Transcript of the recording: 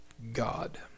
God